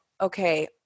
okay